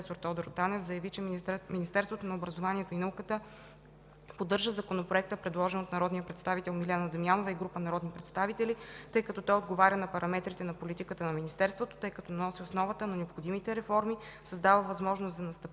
Тодор Танев заяви, че Министерството на образованието и науката поддържа Законопроекта, предложен от народния представител Милена Дамянова и група народни представители, тъй като той отговаря на параметрите на политиката на Министерството, тъй като носи основата на необходимите реформи, създава възможност за настъпление напред